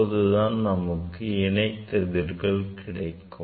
அப்போதுதான் நமக்கு இணை கதிர்கள் கிடைக்கும்